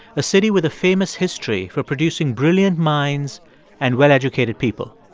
a city with a famous history for producing brilliant minds and well-educated people.